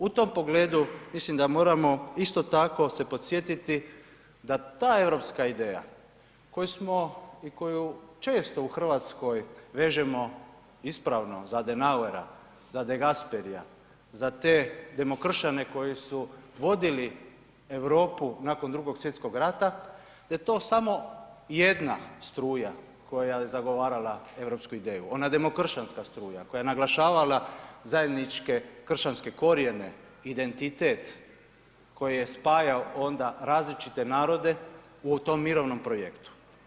U tom pogledu mislim da moramo isto tako se podsjetiti da ta europska ideja koju smo i koju često u Hrvatskoj vežemo ispravo za Adenauera, za De Gasperija, za te demokršćane koji su vodili Europu nakon Drugog svjetskog rata, da je to samo jedna struja koja je zagovarala europsku ideju, ona demokršćanska struja koja je naglašavala zajedničke kršćanske korijene, identitet koji je spajao onda različite narode u tom mirovnom projektu.